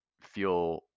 feel